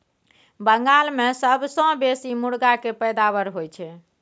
बंगाल मे सबसँ बेसी मुरगा केर पैदाबार होई छै